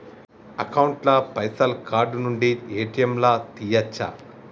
Account ల పైసల్ card నుండి ఏ.టి.ఎమ్ లా తియ్యచ్చా?